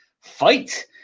fight